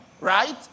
right